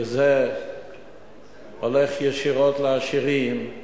שזה הולך ישירות לעשירים,